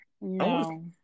no